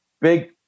Big